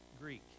Greek